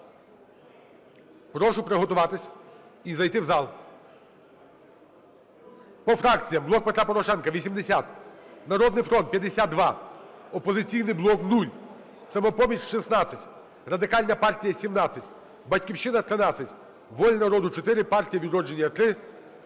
Прошу приготуватись і зайти в зал.